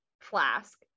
flask